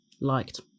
liked